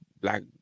black